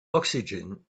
oxygen